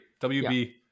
wb